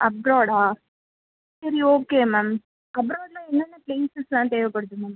அப்ராடா சரி okay ma'am அப்ராடில் என்னென்ன பிளேசஸ்லாம் தேவைப்படுது மேம்